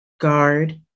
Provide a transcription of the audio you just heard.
guard